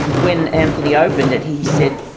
when anthony opened it, he said,